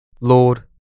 Lord